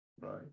right